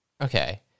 Okay